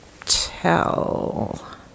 Tell